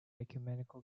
ecumenical